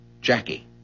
Jackie